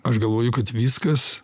aš galvoju kad viskas